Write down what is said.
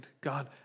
God